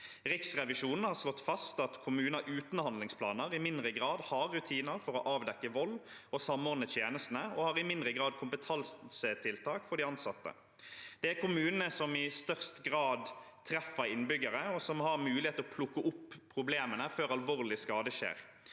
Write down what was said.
Riksrevisjonen har slått fast at kommuner uten handlingsplaner i mindre grad har rutiner for å avdekke vold og samordne tjenestene og har i mindre grad kompetansetiltak for de ansatte. Det er kommunene som i størst grad treffer innbyggerne, og som har mulighet til å plukke opp problemene før alvorlig skade skjer.